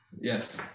yes